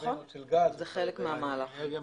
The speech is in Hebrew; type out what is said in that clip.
ונשנות שאנחנו שומעים עליהן?